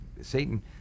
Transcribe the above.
satan